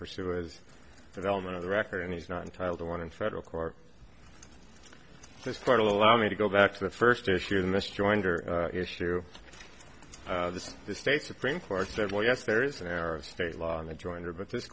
pursue his development of the record and he's not entitled to one in federal court just sort of allow me to go back to the first issue in this joinder issue that the state supreme court said well yes there is an error of state law on the jointer but this